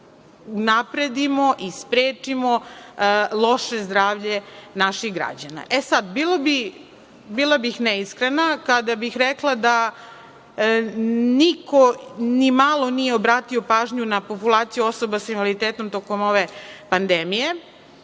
unapredimo i sprečimo loše zdravlje naših građana. Bila bih neiskrena kada bih rekla da niko ni malo nije obratio pažnju na populaciju osoba sa invaliditetom tokom ove pandemije,